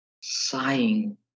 sighing